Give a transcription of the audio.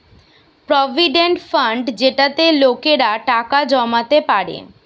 provident fund যেটাতে লোকেরা টাকা জমাতে পারে